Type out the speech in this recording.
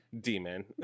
Demon